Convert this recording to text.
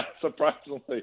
surprisingly